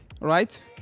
right